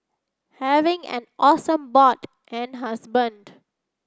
having an awesome bod and husband